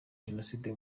genocide